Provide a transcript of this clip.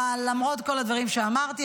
אבל למרות כל הדברים שאמרתי,